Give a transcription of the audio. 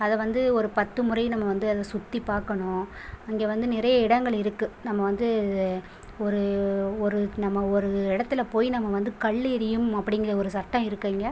அதை வந்து ஒரு பத்து முறை நம்ம வந்து அதை சுற்றி பார்க்கணும் அங்கே வந்து நிறைய இடங்கள் இருக்குது நம்ம வந்து ஒரு ஒரு நம்ம ஒரு இடத்தில் போய் நம்ம வந்து கல்லெறியும் அப்படிங்ற ஒரு சட்டம் இருக்குது அங்கே